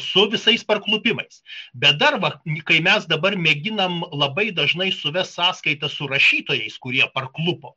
su visais parklupimas bet dar va kai mes dabar mėginam labai dažnai suvest sąskaitas su rašytojais kurie parklupo